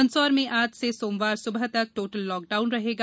मंदसौर में आज से सोमवार सुबह तक टोटल लॉकडाउन रहेगा